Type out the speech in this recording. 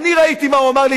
אני ראיתי מה אמר לי,